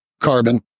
Carbon